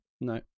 No